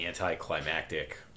anticlimactic